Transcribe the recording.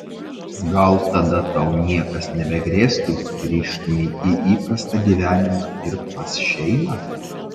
gal tada tau niekas nebegrėstų grįžtumei į įprastą gyvenimą ir pas šeimą